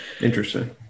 interesting